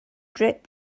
drip